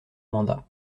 mandat